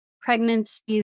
pregnancy